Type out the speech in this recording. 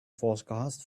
forecast